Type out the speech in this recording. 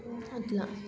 అట్లా